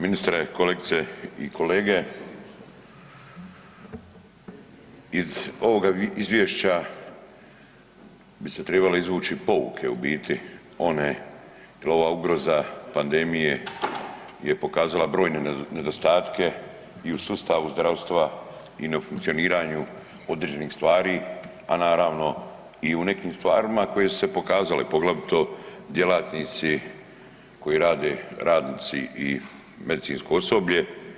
Ministre, kolegice i kolege iz ovoga izvješća bi se tribale izvući pouke u biti one jer ova ugroza pandemije je pokazala brojne nedostatke i u sustavu zdravstva i ne funkcioniraju određenih stvari, a naravno i u nekim stvarima koje su se pokazale poglavito djelatnici koji rade radnici i medicinsko osoblje.